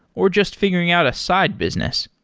or just figuring out a side business.